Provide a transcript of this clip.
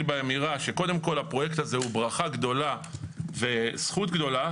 באמירה שקודם כל הפרויקט הזה הוא ברכה גדולה וזכות גדולה,